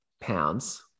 pounds